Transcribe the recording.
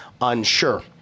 unsure